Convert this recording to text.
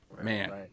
man